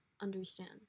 Understand